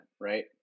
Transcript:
right